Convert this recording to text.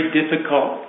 difficult